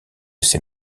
ses